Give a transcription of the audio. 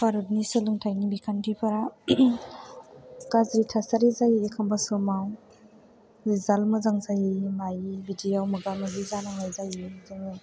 भारतनि सोलोंथाइनि बिखान्थिफोरा गाज्रि थासारि जायो एखम्बा समाव रिजाल्ट मोजां जायै मायै बिदियाव मोगा मोगि जानांनाय जायो जोङो